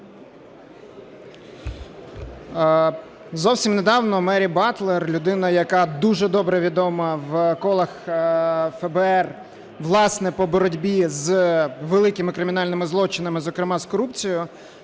Зовсім недавно Мері Батлер, людина яка дуже добре відома в колах ФБР власне по боротьбі з великими кримінальними злочинами, зокрема з корупцією,